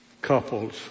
couples